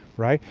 right?